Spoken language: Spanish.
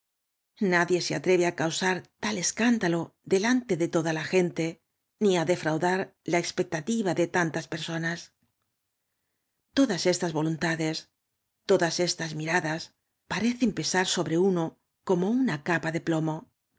nadie se atreve á causar tal escándalo de lante de toda la gente ni á defraudar la expecta tiva de tantas personas todas estas voluntades todas estas miradas parecen pesar sobre udo como una capa do plomo